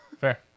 Fair